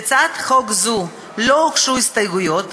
להצעת חוק זו לא הוגשו הסתייגויות,